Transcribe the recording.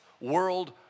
world